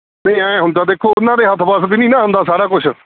ਨਹੀਂ ਐਂ ਹੁੰਦਾ ਦੇਖੋ ਉਹਨਾਂ ਦੇ ਹੱਥ ਵੱਸ ਵੀ ਨਹੀਂ ਨਾ ਹੁੰਦਾ ਸਾਰਾ ਕੁਛ